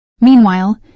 Meanwhile